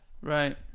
Right